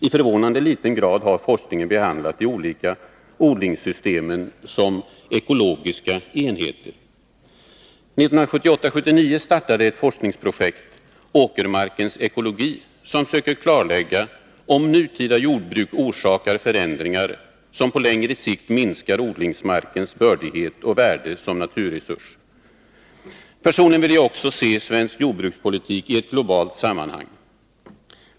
I förvånande liten grad har forskningen behandlat de olika odlingssystemen som ekologiska enheter. 1978/79 startade forskningsprojekt, Åkermarkens ekologi, som söker klarlägga om nutida jordbruk orsakar förändringar som på längre sikt minskar odlingsmarkens bördighet och värde som naturresurs. Personligen vill jag också se svensk jordbrukspolitik i ett globalt sammanhang.